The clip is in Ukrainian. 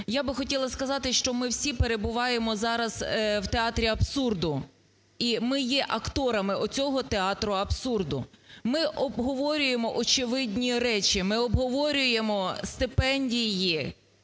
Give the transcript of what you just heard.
Я би хотіла сказати, що ми всі перебуваємо зараз в театрі абсурду. І ми є акторами цього театру абсурду. Ми обговорюємо очевидні речі. Ми обговорюємо стипендії